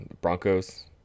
Broncos